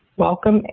welcome,